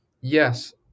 Yes